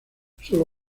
sólo